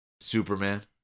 Superman